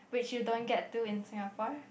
which you don't get to in Singapore